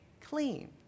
clean